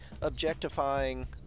objectifying